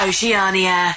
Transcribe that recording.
Oceania